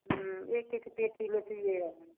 हुँ एक एक पेटी बेचलिए हँ